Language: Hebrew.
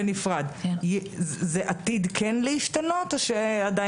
מיכל שיר סגמן (יו”ר